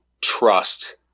trust